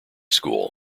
school